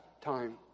time